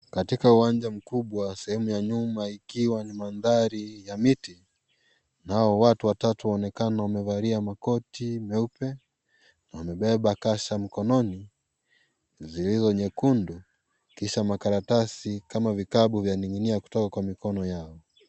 Katika uwanja mkubwa sehemu ya nyuma ikiwani mandhari ya miti, nao watu watatu waonekana wamevalia Makoti meupe na wamebeba kasha mkononi zilizo nyekundu Kisha makaratasi kama vitabu vya ning'inia kutoka kwa mikono yao.